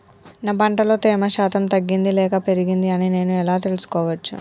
నా పంట లో తేమ శాతం తగ్గింది లేక పెరిగింది అని నేను ఎలా తెలుసుకోవచ్చు?